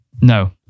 No